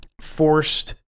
Forced